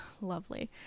Lovely